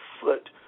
foot